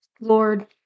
Lord